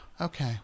okay